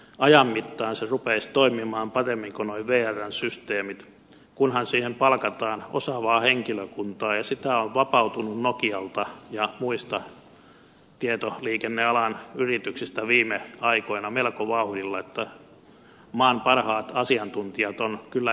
ajan mittaan se rupeaisi toimimaan paremmin kuin nuo vrn systeemit kunhan siihen palkataan osaavaa henkilökuntaa ja sitä on vapautunut nokialta ja muista tietoliikennealan yrityksistä viime aikoina melko vauhdilla eli maan parhaat asiantuntijat ovat kyllä käytettävissä